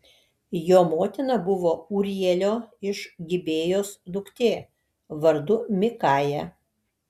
jo motina buvo ūrielio iš gibėjos duktė vardu mikaja